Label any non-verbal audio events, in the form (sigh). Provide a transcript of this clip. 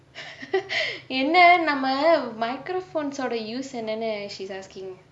(laughs) என்ன நம்ம:enna namma microphones ஓட:ode use என்னனு:ennanu she's asking